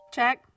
Check